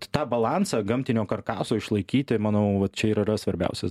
tą balansą gamtinio karkaso išlaikyti manau vat čia ir yra svarbiausias